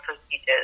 procedures